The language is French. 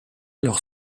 leur